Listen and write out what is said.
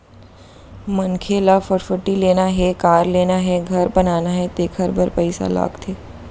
मनखे ल फटफटी लेना हे, कार लेना हे, घर बनाना हे तेखर बर पइसा लागथे